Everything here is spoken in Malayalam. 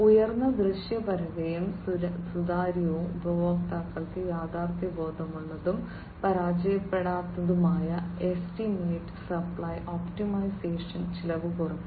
ഉയർന്ന ദൃശ്യപരതയും സുതാര്യതയും ഉപഭോക്താക്കൾക്ക് യാഥാർത്ഥ്യബോധമുള്ളതും പരാജയപ്പെടാത്തതുമായ എസ്റ്റിമേറ്റ് സപ്ലൈ ഒപ്റ്റിമൈസേഷൻ ചെലവ് കുറയ്ക്കൽ